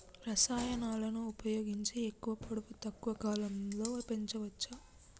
రసాయనాలను ఉపయోగించి ఎక్కువ పొడవు తక్కువ కాలంలో పెంచవచ్చా?